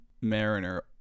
mariner